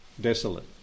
Desolate